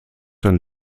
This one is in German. sein